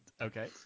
okay